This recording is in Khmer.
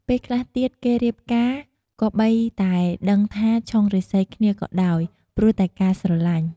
ពេលខ្លះទៀតគេរៀបការ គម្បីតែដឹងថាឆុងរាសីគ្នាក៏ដោយ ព្រោះតែការស្រឡាញ់។